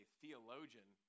theologian